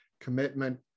commitment